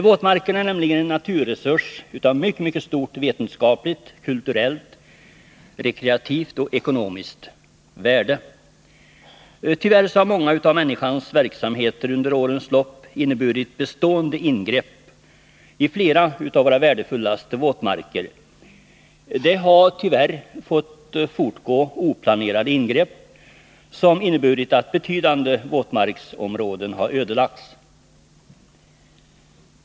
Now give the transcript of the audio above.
Våtmarkerna är nämligen en naturresurs av mycket stort vetenskapligt, kulturellt, rekreativt och ekonomiskt värde. Tyvärr har många av människans verksamheter under årens lopp inneburit bestående ingrepp i flera av våra värdefullaste våtmarker. Det har tyvärr fått fortgå oplanerade ingrepp, som inneburit att betydande våtmarksområden har ödelagts.